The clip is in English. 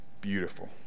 beautiful